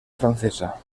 francesa